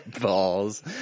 Balls